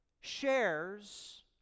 shares